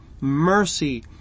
mercy